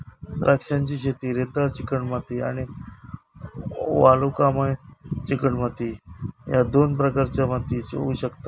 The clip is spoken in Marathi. द्राक्षांची शेती रेताळ चिकणमाती आणि वालुकामय चिकणमाती ह्य दोन प्रकारच्या मातीयेत होऊ शकता